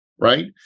right